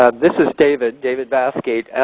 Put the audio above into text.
um this is david, david bathgate.